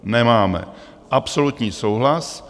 Nemáme, absolutní souhlas.